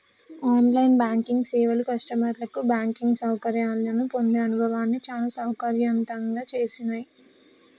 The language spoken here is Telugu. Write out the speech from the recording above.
ఆన్ లైన్ బ్యాంకింగ్ సేవలు కస్టమర్లకు బ్యాంకింగ్ సౌకర్యాలను పొందే అనుభవాన్ని చాలా సౌకర్యవంతంగా చేసినాయ్